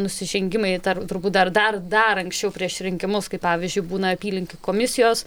nusižengimai tarp turbūt dar dar dar anksčiau prieš rinkimus kai pavyzdžiui būna apylinkių komisijos